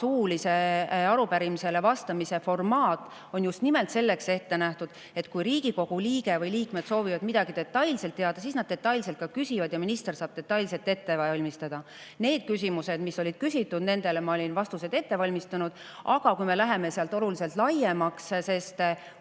suuliselt arupärimisele vastamise formaat on just nimelt selleks ette nähtud, et kui Riigikogu liige või liikmed soovivad midagi detailselt teada, siis nad detailselt ka küsivad ja minister saab detailselt ette valmistuda. Nendele küsimustele, mida [arupärimises] küsiti, ma olin vastused ette valmistanud, aga kui me läheme sealt oluliselt laiemaks – sest